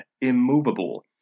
immovable